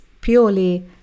purely